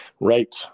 Right